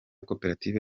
koperative